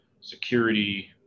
security